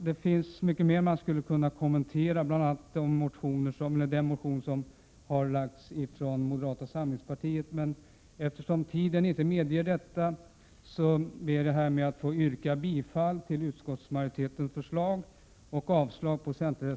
Det finns mycket mer som jag skulle kunna kommentera, bl.a. den motion som moderata samlingspartiet har framlagt, men eftersom tiden inte medger detta ber jag härmed att få yrka bifall till utskottsmajorite